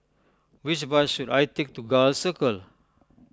which bus should I take to Gul Circle